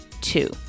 two